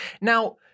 Now